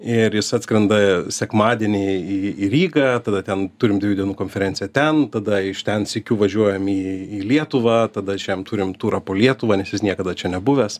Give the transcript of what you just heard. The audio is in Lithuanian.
ir jis atskrenda sekmadienį į rygą tada ten turim dviejų dienų konferenciją ten tada iš ten sykiu važiuojam į į lietuvą tada šiam turim turą po lietuvą nes jis niekada čia nebuvęs